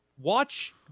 watch